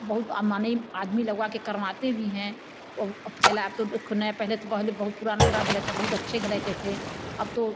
बहुत माने आदमी लगवा सए करवाते भी हैं अब फैला अब तो नहीं पहिले तो पहले बहुत पुराना पुराना गलीचा बहुत अच्छे गलीचे थे अब तो